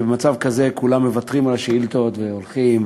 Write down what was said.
שבמצב כזה כולם מוותרים על השאילתות והולכים,